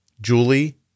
Julie